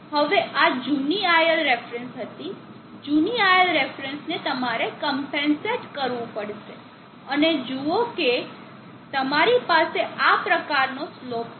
હવે આ જૂની iLref હતી જૂની iLref ને તમારે કમ્પેનસેટ કરવું પડશે અને જુઓ કે તમારી પાસે આ પ્રકારનો સ્લોપ છે